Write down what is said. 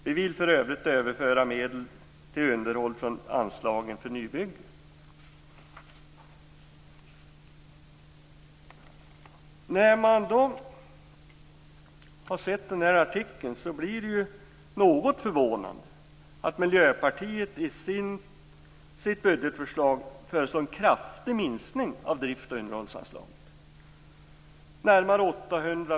Vi vill överföra medel till underhåll från anslagen för nybygge." När man har sett den här artikeln blir man något förvånad över att Miljöpartiet i sitt budgetförslag föreslår en kraftig minskning av drift och underhållsanslaget.